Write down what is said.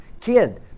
Kid